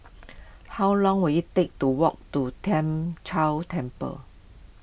how long will it take to walk to Tien Chor Temple